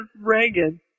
Reagan